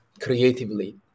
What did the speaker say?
creatively